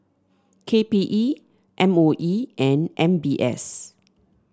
K P E M O E and M B S